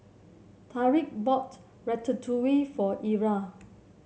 Tyrik bought Ratatouille for Ira